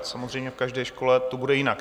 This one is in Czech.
Samozřejmě, v každé škole to bude jinak.